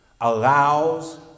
allows